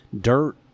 dirt